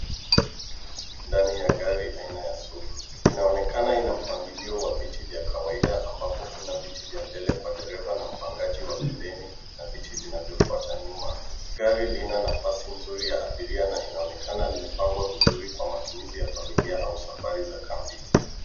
Ndani ya gari aina ya SUV, inaonekana ina mpangilia wa viti vya kawaida ambapo kuna viti vya mbele kwa dereva na mpangaji wa pembeni, na viti vinavyofuata nyuma. Gari lina nafasi nzuri la abiria na linaonekana limepangwa vizuri kwa matumizi ya familia au safari za kambi.